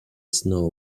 snow